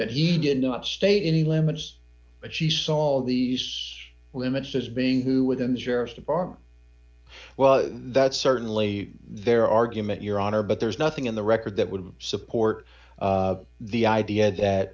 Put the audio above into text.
that he did not state any limits but she saw all these limits as being who within the sheriff's department well that's certainly their argument your honor but there's nothing in the record that would support the idea that